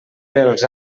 pels